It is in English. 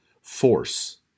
FORCE